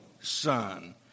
son